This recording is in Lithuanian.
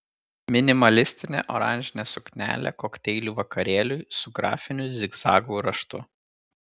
minimalistinė oranžinė suknelė kokteilių vakarėliui su grafiniu zigzagų raštu